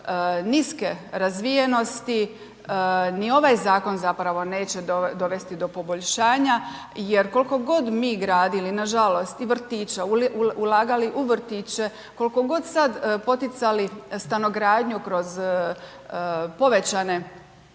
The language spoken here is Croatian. niske razvijenosti, ni ovaj zakon, zapravo neće dovesti do poboljšanja, jer koliko god mi gradili, nažalost i vrtića, ulagali u vrtiće, koliko god sad poticali stanogradnju, kroz povećanje